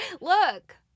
Look